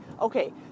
Okay